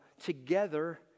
together